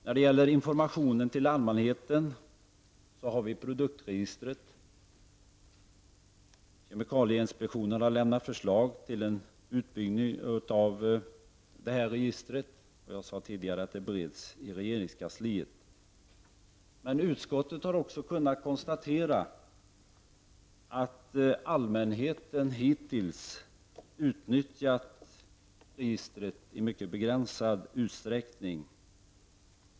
När det gäller informationen till allmänheten har vi produktregistret. Kemikalieinspektionen har presenterat förslag till en utbyggnad av detta register. Som jag sade tidigare bereds ärendet i regeringskansliet. Men utskottet har kunnat konstatera att allmänheten hittills utnyttjat registret i mycket begränsad utsträckning.